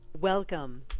Welcome